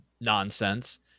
nonsense